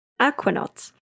aquanauts